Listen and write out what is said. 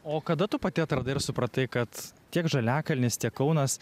o kada tu pati atradai ir supratai kad tiek žaliakalnis tiek kaunas